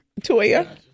Toya